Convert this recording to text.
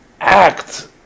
act